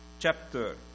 Chapter